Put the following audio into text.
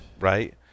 right